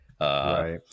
Right